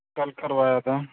کل کروایا تھا